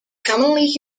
commonly